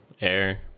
air